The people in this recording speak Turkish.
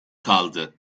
kaldı